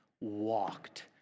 walked